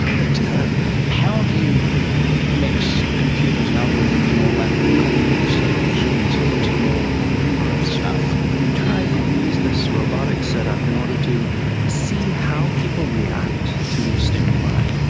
but how do and you mix computers and algorithms and all that complicated stuff with machines into your regrowth stuff? we try to use this robotic setup in order to see how people react to stimuli,